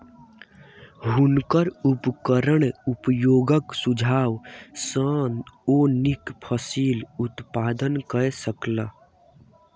हुनकर उपकरण उपयोगक सुझाव सॅ ओ नीक फसिल उत्पादन कय सकला